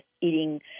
eating